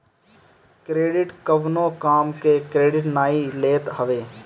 credit कवनो काम के क्रेडिट नाइ लेत हवे